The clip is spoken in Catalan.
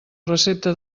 recepta